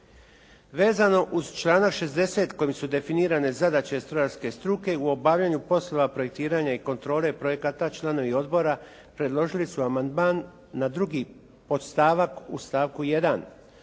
Vezano uz članak 60. kojom su definirane zadaće strojarske struke u obavljanju poslova projektiranja i kontrole projekata članovi odbora predložili su amandman na drugi podstavak u stavku 1.